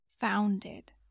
founded